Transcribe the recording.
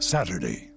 Saturday